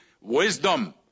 wisdom